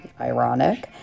Ironic